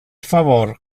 favor